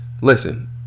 listen